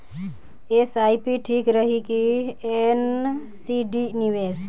SIP ठीक रही कि एन.सी.डी निवेश?